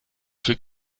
für